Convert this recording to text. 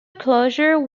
closure